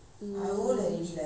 mm